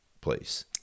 place